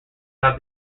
have